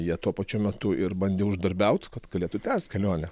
jie tuo pačiu metu ir bandė uždarbiaut kad galėtų tęst kelionę